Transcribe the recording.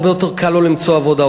הרבה יותר קל לו למצוא עבודה.